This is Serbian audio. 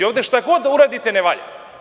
Ovde šta god da uradite ne valja.